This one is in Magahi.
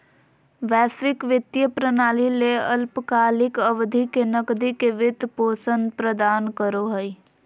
वैश्विक वित्तीय प्रणाली ले अल्पकालिक अवधि के नकदी के वित्त पोषण प्रदान करो हइ